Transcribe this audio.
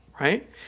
right